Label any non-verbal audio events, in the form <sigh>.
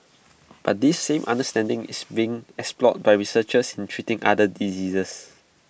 <noise> but this same understanding is being explored by researchers in treating other diseases